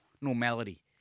normality